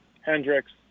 Hendricks